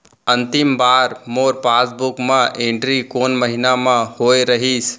अंतिम बार मोर पासबुक मा एंट्री कोन महीना म होय रहिस?